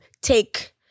take